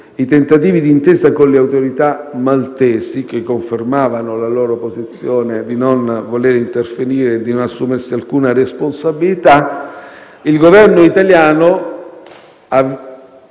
i tentativi di intesa con le autorità maltesi, che confermavano la loro posizione di non voler interferire e di non assumersi alcuna responsabilità *(**Commenti